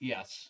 Yes